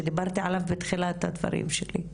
שדיברתי עליו בתחילת הדברים שלי,